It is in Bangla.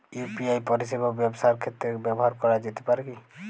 ইউ.পি.আই পরিষেবা ব্যবসার ক্ষেত্রে ব্যবহার করা যেতে পারে কি?